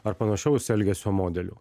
ar panašaus elgesio modelių